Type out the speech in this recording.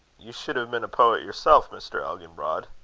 you should have been a poet yourself, mr. elginbrod.